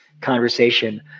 conversation